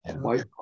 White